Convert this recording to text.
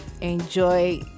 enjoy